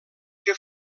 que